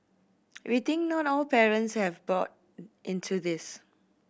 we think not all parents have bought into this